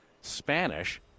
Spanish